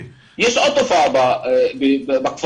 יש עוד תופעה בכפרים,